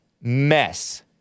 mess